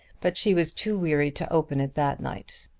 but she was too weary to open it that night.